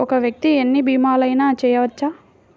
ఒక్క వ్యక్తి ఎన్ని భీమలయినా చేయవచ్చా?